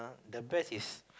the best is